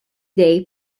dei